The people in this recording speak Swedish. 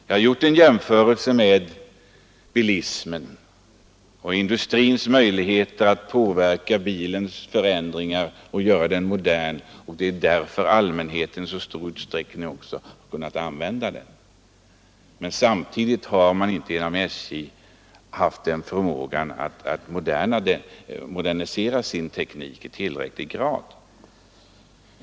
Jag har gjort en jämförelse med bilismen och sagt att industrin kunnat förändra bilen och göra den modern, så att allmänheten i så stor utsträckning har kunnat använda den, samtidigt som SJ inte haft förmåga att modernisera sin teknik i tillräcklig grad.